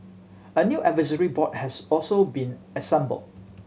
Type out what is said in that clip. a new advisory board has also been assembled